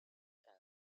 and